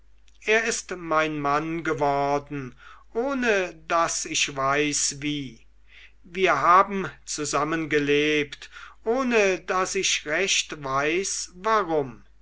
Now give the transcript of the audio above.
er ist mein mann geworden ohne daß ich weiß wie wir haben zusammen gelebt ohne daß ich recht weiß warum